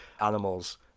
animals